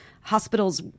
hospitals